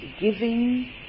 giving